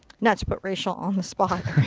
not to put rachel on the spot.